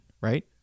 Right